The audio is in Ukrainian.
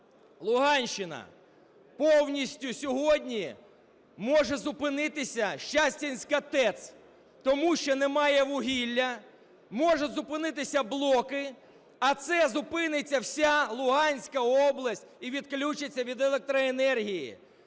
Луганщина. Повністю сьогодні може зупинитися Щастинська ТЕС, тому що немає вугілля, можуть зупинитися блоки. А це зупиниться вся Луганська область і відключиться від електроенергії.